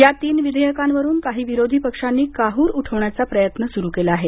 या तीन विधेयकांवरून काही विरोधी पक्षांनी काहूर उठवण्याचा प्रयत्न सुरु केला आहे